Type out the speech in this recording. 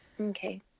Okay